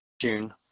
June